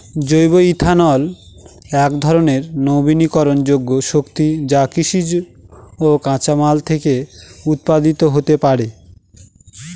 জৈব ইথানল একধরনের নবীকরনযোগ্য শক্তি যা কৃষিজ কাঁচামাল থেকে উৎপাদিত হতে পারে